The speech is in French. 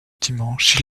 dimanche